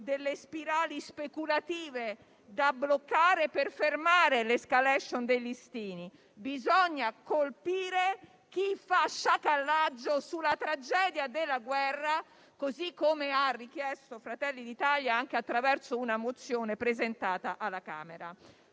delle spirali speculative da bloccare per fermare l'*escalation* dei listini. Bisogna colpire chi fa sciacallaggio sulla tragedia della guerra, così come ha richiesto Fratelli d'Italia anche attraverso una mozione presentata alla Camera.